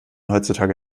heutzutage